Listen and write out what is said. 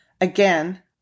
again